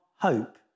hope